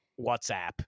WhatsApp